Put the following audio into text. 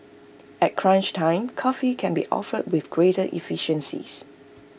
at crunch time coffee can be offered with greater efficiencies